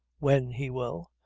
when he will,